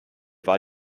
war